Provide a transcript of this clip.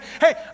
hey